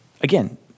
Again